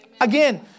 Again